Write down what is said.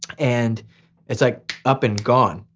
and it's like up and gone.